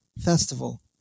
festival